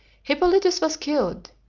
hippolytus was killed,